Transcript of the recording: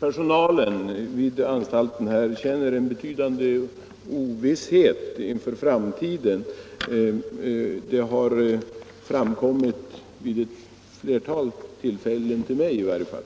personalen vid anstalten känner en betydande ovisshet inför framtiden. Detta har framförts vid ett flertal tillfällen — till mig i varje fall.